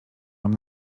mam